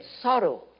sorrow